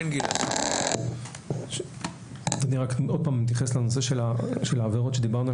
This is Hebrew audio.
אני שוב מבקש להתייחס לנושא של העבירות עליהן דיברנו,